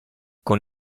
con